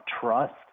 trust